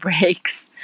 breaks